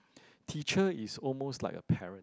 teacher is almost like a parent